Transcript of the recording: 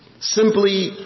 simply